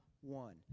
one